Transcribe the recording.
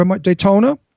Daytona